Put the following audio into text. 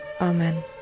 Amen